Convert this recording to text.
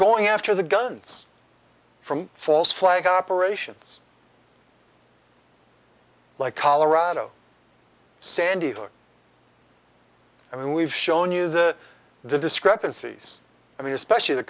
going after the guns from false flag operations like colorado sandy hook i mean we've shown you the the discrepancies i mean especially the